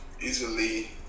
Easily